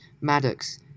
Maddox